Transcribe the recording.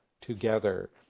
together